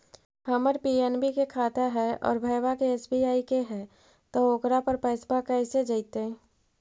हमर पी.एन.बी के खाता है और भईवा के एस.बी.आई के है त ओकर पर पैसबा कैसे जइतै?